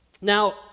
Now